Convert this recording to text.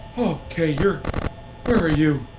okay, you're. where are you?